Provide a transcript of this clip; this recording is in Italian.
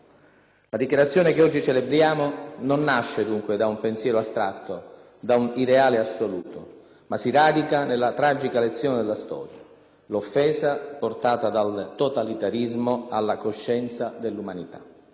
La dichiarazione che oggi celebriamo non nasce dunque da un pensiero astratto, da un ideale assoluto, ma si radica nella tragica lezione della storia: l'offesa portata dal totalitarismo alla "coscienza dell'umanità".